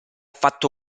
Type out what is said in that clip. fatto